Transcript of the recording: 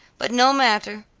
but no matter.